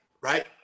Right